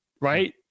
right